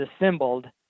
assembled